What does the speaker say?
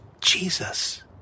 Jesus